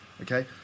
Okay